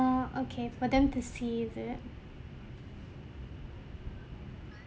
okay for them to see is it